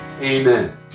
Amen